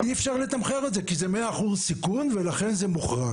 אי אפשר לתמחר את זה כי זה 100% סיכון ולכן זה מוחרג.